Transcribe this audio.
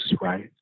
right